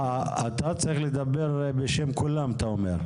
אה, אתה צריך לדבר בשם כולם אתה אומר?